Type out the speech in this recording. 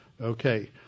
Okay